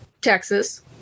texas